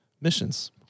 missions